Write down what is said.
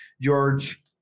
George